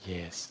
yes